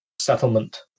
settlement